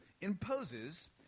imposes